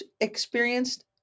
experienced